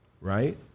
right